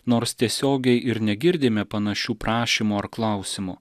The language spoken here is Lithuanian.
nors tiesiogiai ir negirdime panašių prašymų ar klausimų